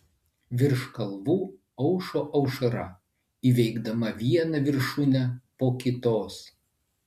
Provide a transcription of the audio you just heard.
virš kalvų aušo aušra įveikdama vieną viršūnę po kitos